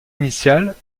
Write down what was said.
initiale